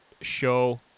show